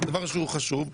דבר חשוב.